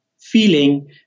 feeling